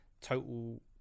total